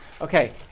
Okay